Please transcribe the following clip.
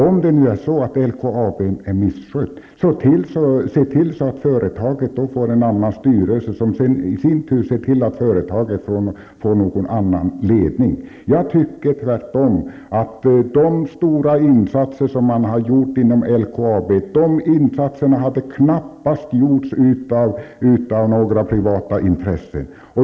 Om det är så att LKAB är misskött, se då till att företaget får en annan styrelse, som i sin tur ser till att företaget får en annan ledning! Jag tycker tvärtom -- de stora insatser som man har gjort inom LKAB hade knappast gjorts av några privata intressen.